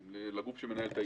לגוף שמנהל את העניין.